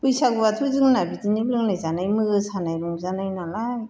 बैसागुआथ' जोंना बिदिनो लोंनाय जानाय मोसानाय रंजानाय नालाय